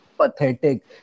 pathetic